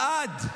לעד,